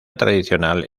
tradicional